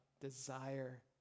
desire